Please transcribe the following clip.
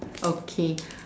okay